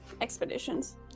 expeditions